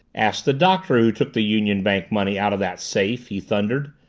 ask the doctor who took the union bank money out of that safe! he thundered.